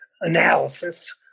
analysis